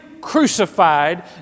crucified